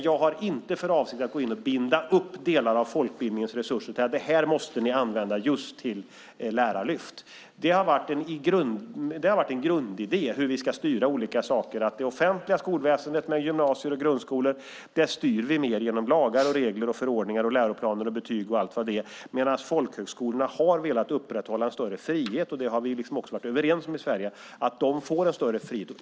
Jag har inte för avsikt att gå in och binda upp delar av folkbildningens resurser genom att säga att en viss summa måste användas till just Lärarlyftet. En grundidé för hur vi ska styra olika saker har varit att det offentliga skolväsendet med gymnasier och grundskolor styrs genom lagar, regler, förordningar, läroplaner, betyg och allt vad det är. Folkhögskolor har velat upprätthålla en större frihet, och vi har i Sverige varit överens om att de får en större frihet.